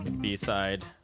B-side